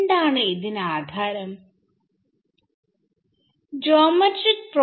എന്താണ് ഇതിനാധാരം geometric progression